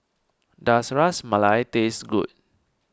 does Ras Malai taste good